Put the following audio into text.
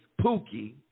Pookie